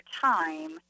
time